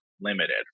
limited